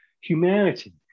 humanity